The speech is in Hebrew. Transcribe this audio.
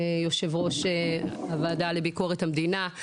יושב-ראש הוועדה לביקורת המדינה.